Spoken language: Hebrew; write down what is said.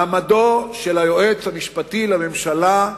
מעמדו של היועץ המשפטי לממשלה,